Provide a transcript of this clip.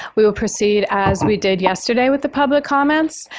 we will proceed as we did yesterday with the public comments.